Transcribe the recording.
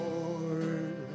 Lord